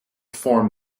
form